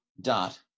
dot